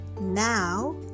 Now